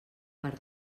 per